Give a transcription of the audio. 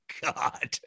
God